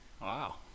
Wow